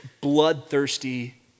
bloodthirsty